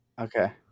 Okay